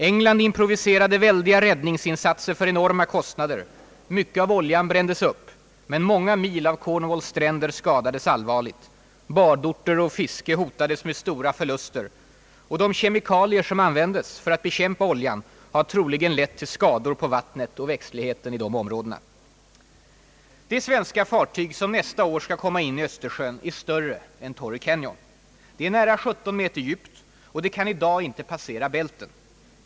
England improviserade väldiga räddningsinsatser för enorma kostnader, mycket av oljan brändes upp — men många mil av Cornwalls stränder skadades allvarligt. Badorter och fiske hotades med stora förluster. De kemikalier som användes för att bekämpa oljan har troligen lett till skador på vattnet och växtligheten i de områdena. Det svenska fartyg som nästa år skall komma in i Östersjön är större än Torrey Canyon. Det är nära 17 meter djupt och kan i dag inte passera Bälten.